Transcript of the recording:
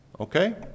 Okay